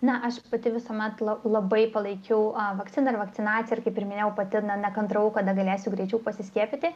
na aš pati visuomet labai palaikiau vakciną ir vakcinaciją ir kaip ir minėjau pati nekantravau kada galėsiu greičiau pasiskiepyti